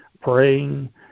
praying